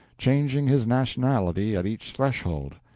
changing his nationality at each threshold.